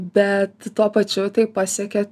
bet tuo pačiu tai pasiekia